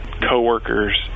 co-workers